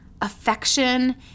affection